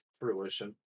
fruition